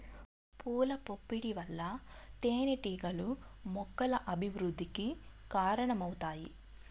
పూల పుప్పొడి వల్ల తేనెటీగలు మొక్కల అభివృద్ధికి కారణమవుతాయి